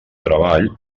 treball